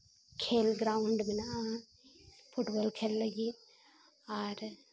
ᱠᱷᱮᱹᱞ ᱜᱨᱟᱣᱩᱱᱴ ᱢᱮᱱᱟᱜᱼᱟ ᱯᱷᱩᱴᱵᱚᱞ ᱠᱷᱮᱹᱞ ᱞᱟᱹᱜᱤᱫ ᱟᱨ